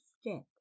step